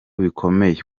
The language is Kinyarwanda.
bikomeye